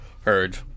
heard